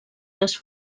les